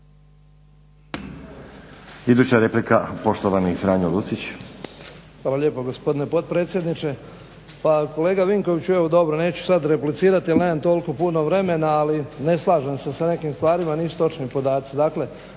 Hvala lijepo gospodine potpredsjedniče.